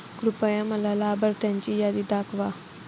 कृपया मला लाभार्थ्यांची यादी दाखवा